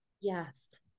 Yes